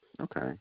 okay